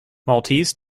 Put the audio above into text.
maltese